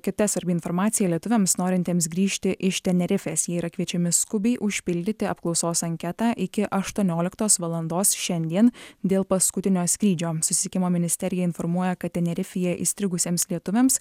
kita svarbi informacija lietuviams norintiems grįžti iš tenerifės jie yra kviečiami skubiai užpildyti apklausos anketą iki aštuonioliktos valandos šiandien dėl paskutinio skrydžio susisiekimo ministerija informuoja kad tenerifėje įstrigusiems lietuviams